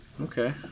Okay